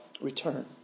return